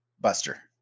Buster